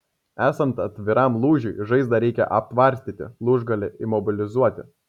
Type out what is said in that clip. esant atviram lūžiui žaizdą reikia aptvarstyti lūžgalį imobilizuoti